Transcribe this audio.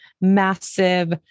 massive